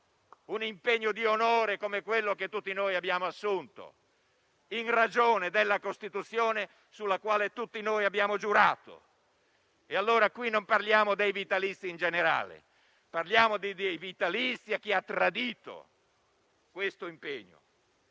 un impegno di onore come quello che tutti noi abbiamo assunto, in ragione della Costituzione sulla quale tutti noi abbiamo giurato. E allora qui non parliamo dei vitalizi in generale, ma parliamo dei vitalizi di chi ha tradito questo impegno.